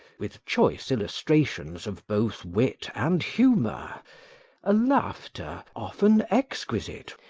with choice illustrations of both wit and humour a laughter, often exquisite,